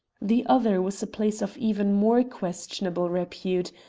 the other was a place of even more questionable repute,